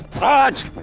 rajan.